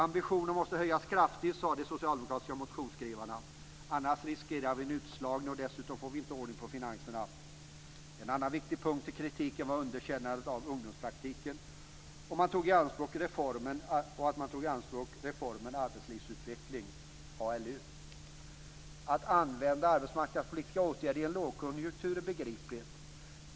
Ambitionen måste höjas kraftigt, sade de socialdemokratiska motionsskrivarna, för annars riskerar vi en utslagning och dessutom får vi inte ordning på finanserna. En annan viktig punkt i kritiken var underkännandet av ungdomspraktiken och att man tog i anspråk reformen arbetslivsutveckling, ALU. Att använda arbetsmarknadspolitiska åtgärder i en lågkonjunktur är begripligt.